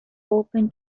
open